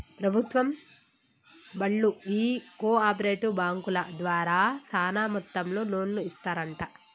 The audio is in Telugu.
ప్రభుత్వం బళ్ళు ఈ కో ఆపరేటివ్ బాంకుల ద్వారా సాన మొత్తంలో లోన్లు ఇస్తరంట